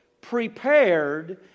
prepared